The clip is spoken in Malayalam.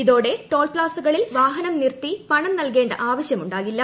ഇതോടെ ടോൾ പ്താസകളിൽ വാഹനം നിർത്തി പണം നൽകേണ്ട ആവശ്യമുണ്ട്ടാകില്ല